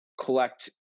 collect